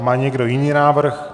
Má někdo jiný návrh?